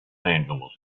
angeles